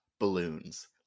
balloons